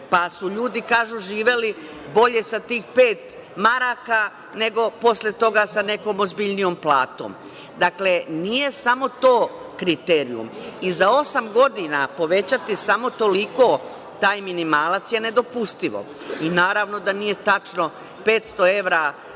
pa su ljudi, kažu, živeli bolje sa tih pet maraka, nego posle toga sa nekom ozbiljnijom platom. Dakle, nije samo to kriterijum. I za osam godina povećati samo toliko taj minimalac je nedopustivo i naravno da nije tačno 500 evra